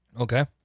Okay